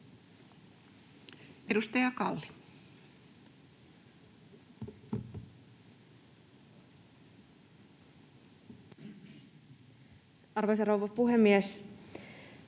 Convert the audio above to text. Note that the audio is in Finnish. Edustaja Aittakumpu. Arvoisa rouva puhemies!